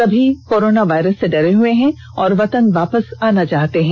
सभी corona virus से डरे हुए हैं और वतन वापस आना चाहते हैं